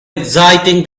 exciting